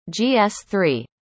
GS3